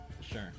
Sure